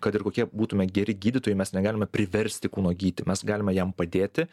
kad ir kokie būtume geri gydytojai mes negalime priversti kūno gyti mes galime jam padėti